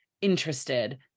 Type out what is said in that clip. interested